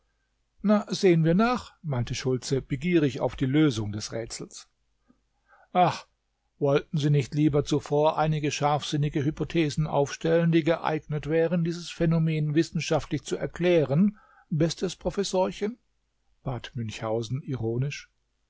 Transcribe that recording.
sehen wir nach meinte schultze begierig auf die lösung des rätsels ach wollten sie nicht lieber zuvor einige scharfsinnige hypothesen aufstellen die geeignet wären dieses phänomen wissenschaftlich zu erklären bestes professorchen bat münchhausen ironisch